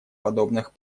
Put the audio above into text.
подобных